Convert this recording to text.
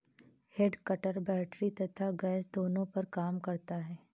head cutter battery तथा gas दोनों पर काम करता है